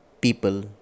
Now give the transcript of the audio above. people